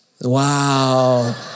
Wow